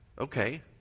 Okay